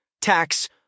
tax